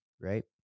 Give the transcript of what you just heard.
right